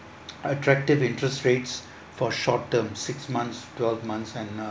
attractive interest rates for short term six months twelve months and uh